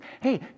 Hey